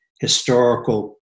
historical